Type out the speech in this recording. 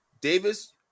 Davis